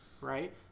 right